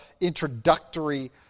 introductory